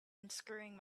unscrewing